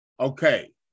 Okay